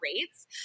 rates